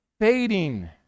fading